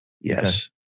Yes